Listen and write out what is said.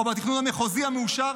או בתכנון המחוזי המאושר,